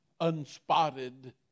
unspotted